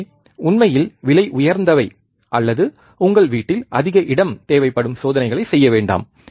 எனவே உண்மையில் விலை உயர்ந்தவை அல்லது உங்கள் வீட்டில் அதிக இடம் தேவைப்படும் சோதனைகளைச் செய்ய வேண்டாம்